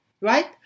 right